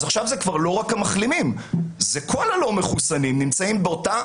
עכשיו אלה לא רק המחלימים אלא אלה כל הלא מחוסנים שנמצאים באותה